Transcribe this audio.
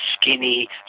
skinny